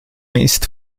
ist